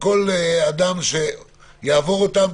שכל אדם שיעבור אותם,